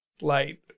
light